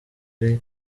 ari